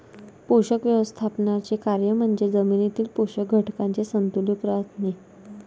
पोषक व्यवस्थापनाचे कार्य म्हणजे जमिनीतील पोषक घटकांचे संतुलन राखणे